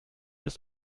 ist